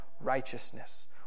righteousness